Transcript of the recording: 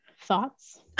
Thoughts